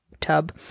tub